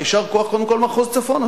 יישר כוח קודם כול למחוז צפון.